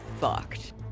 fucked